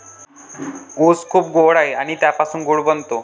ऊस खूप गोड आहे आणि त्यापासून गूळ बनतो